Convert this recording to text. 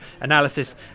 analysis